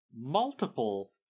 multiple